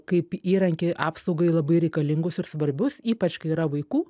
kaip įrankį apsaugai labai reikalingus ir svarbius ypač kai yra vaikų